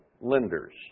lenders